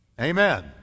Amen